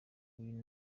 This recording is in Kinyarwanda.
uyu